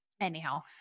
anyhow